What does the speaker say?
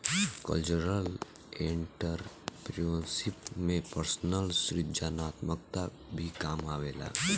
cultural entrepreneurship में personal सृजनात्मकता भी काम आवेला